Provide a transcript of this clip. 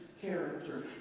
character